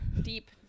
Deep